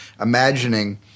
imagining